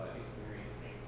experiencing